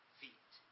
feet